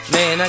Man